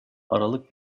aralık